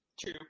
true